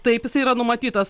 taip jisai yra numatytas